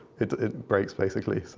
it it breaks basically.